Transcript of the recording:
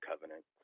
covenant